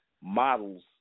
models